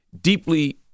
deeply